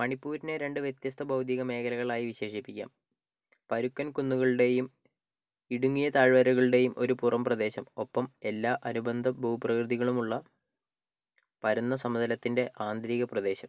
മണിപ്പൂരിനെ രണ്ട് വ്യത്യസ്ത ഭൗതിക മേഖലകളായി വിശേഷിപ്പിക്കാം പരുക്കൻ കുന്നുകളുടെയും ഇടുങ്ങിയ താഴ്വരകളുടെയും ഒരു പുറം പ്രദേശം ഒപ്പം എല്ലാ അനുബന്ധ ഭൂപ്രകൃതികളുമുള്ള പരന്ന സമതലത്തിന്റെ ആന്തരിക പ്രദേശം